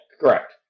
correct